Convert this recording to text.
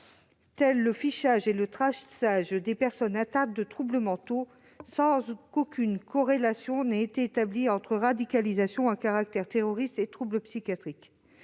que le fichage et le traçage des personnes atteintes de troubles mentaux, sans qu'aucune corrélation ait été établie entre radicalisation à caractère terroriste et troubles psychiatriques